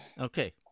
Okay